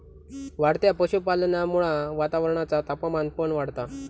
वाढत्या पशुपालनामुळा वातावरणाचा तापमान पण वाढता